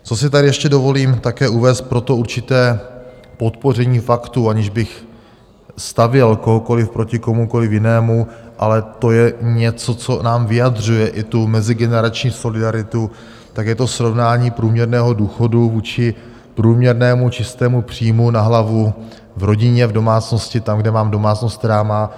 Co si tady ještě dovolím také uvést pro to určité podpoření faktů, aniž bych stavěl kohokoliv proti komukoliv jinému, ale to je něco, co nám vyjadřuje i tu mezigenerační solidaritu, tak je to srovnání průměrného důchodu vůči průměrnému čistému příjmu na hlavu v rodině, v domácnosti, tam, kde mám domácnost, která má dvě děti.